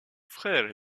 frère